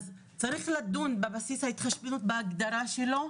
אז צריך לדוד בבסיס ההתחשבנות, בהגדרה שלו,